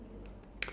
and plum